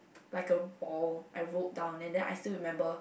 like a ball I rolled down and then I still remember